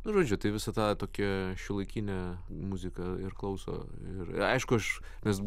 nu žodžiu tai visą tą tokią šiuolaikinę muziką ir klauso ir aišku aš nes